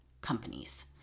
companies